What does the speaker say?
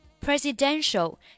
Presidential